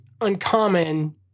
uncommon